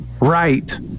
Right